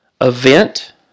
event